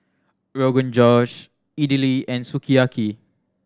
Rogan Josh Idili and Sukiyaki